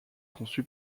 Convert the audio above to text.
conçu